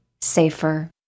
safer